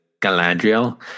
Galadriel